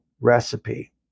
recipe